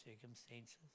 circumstances